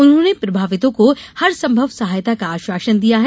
उन्होंने प्रभावितों को हरसंभव सहायता का आश्वासन दिया है